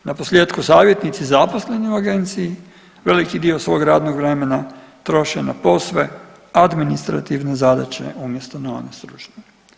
Naposljetku savjetnici zaposleni u agenciji veliki dio svog radnog vremena troše na posve administrativne zadaće umjesto na one stručne.